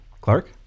Clark